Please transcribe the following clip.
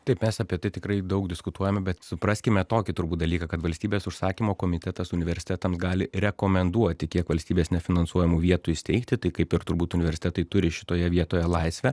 taip mes apie tai tikrai daug diskutuojam bet supraskime tokį turbūt dalyką kad valstybės užsakymu komitetas universitetams gali rekomenduoti kiek valstybės nefinansuojamų vietų įsteigti tai kaip ir turbūt universitetai turi šitoje vietoje laisvę